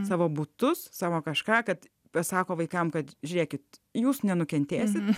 savo butus savo kažką kad pasako vaikams kad žiūrėkit jūs nenukentėsite